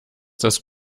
das